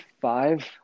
five